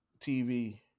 TV